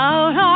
Out